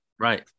Right